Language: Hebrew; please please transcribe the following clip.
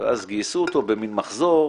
גייסו אותו במין מחזור